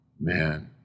Man